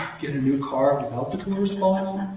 get a new car, without the doors falling